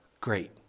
Great